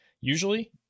usually